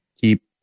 Keep